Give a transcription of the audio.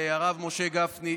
הרב משה גפני,